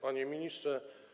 Panie Ministrze!